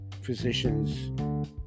physicians